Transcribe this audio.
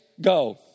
go